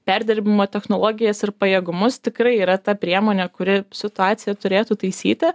perdirbimo technologijas ir pajėgumus tikrai yra ta priemonė kuri situaciją turėtų taisyti